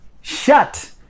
shut